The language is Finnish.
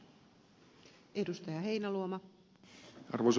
arvoisa puhemies